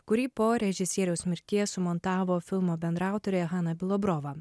kurį po režisieriaus mirties sumontavo filmo bendraautorė hana bilobrova